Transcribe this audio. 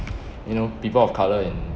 you know people of colour in